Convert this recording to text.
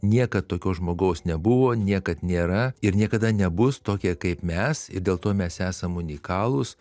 niekad tokio žmogaus nebuvo niekad nėra ir niekada nebus tokie kaip mes ir dėl to mes esam unikalūs